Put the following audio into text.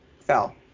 fell